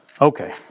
Okay